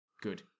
Good